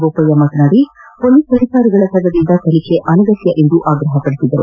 ಬೋಪಯ್ಯ ಮಾತನಾಡಿ ಮೊಲೀಸ್ ಅಧಿಕಾರಿಗಳ ತಂಡದಿಂದ ತನಿಖೆ ಅನಗತ್ಯ ಎಂದು ಆಗ್ರಹಪಡಿಸಿದರು